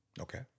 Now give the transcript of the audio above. Okay